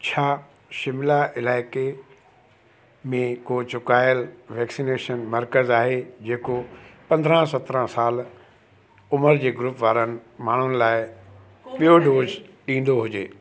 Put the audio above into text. छा शिमला इलाइक़े में को चुकायलु वैक्सीनेशन मर्कज़ु आहे जेको पंदरहां सतरहां साल उमिरि जे ग्रूप वारनि माण्हुनि लाइ बि॒यो डोज ॾींदो हुजे